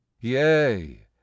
Yea